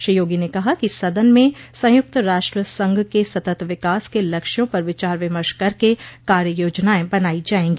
श्री योगी ने कहा कि सदन में संयुक्त राष्ट्र संघ के सतत विकास के लक्ष्यों पर विचार विमर्श करके कार्य योजनाएं बनाई जायेंगी